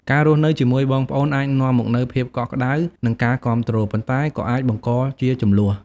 ការរស់នៅជាមួយបងប្អូនអាចនាំមកនូវភាពកក់ក្ដៅ និងការគាំទ្រ ប៉ុន្តែក៏អាចបង្កជាជម្លោះ។